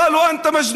הם אמרו לי: אתה משוגע